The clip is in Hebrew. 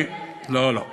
תסביר, לא, לא.